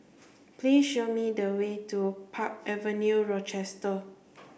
please show me the way to Park Avenue Rochester